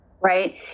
right